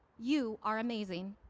you are amazing.